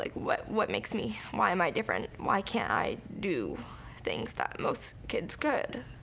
like what what makes me, why am i different? why can't i do things that most kids could?